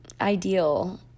ideal